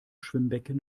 schwimmbecken